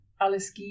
Alice